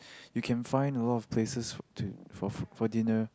you can find a lot of places for to for for dinner